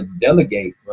delegate